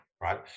right